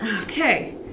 Okay